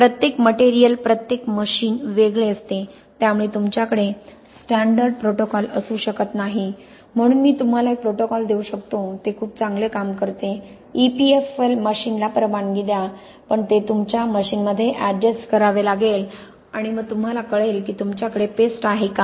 प्रत्येक मटेरिअल प्रत्येक मशिन वेगळे असते त्यामुळे तुमच्याकडे स्टँडर्ड प्रोटोकॉल असू शकत नाही म्हणून मी तुम्हाला एक प्रोटोकॉल देऊ शकतो ते खूप चांगले काम करते EPFL मशिनला परवानगी द्या पण ते तुमच्या मशीनमध्ये अॅडजस्ट करावे लागेल आणि मग तुम्हाला कळेल की तुमच्याकडे पेस्ट आहे का